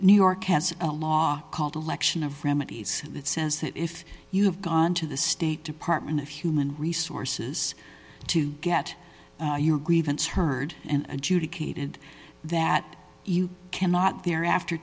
new york has a law called election of remedies that says that if you have gone to the state department of human resources to get your grievance heard and adjudicated that you cannot thereafter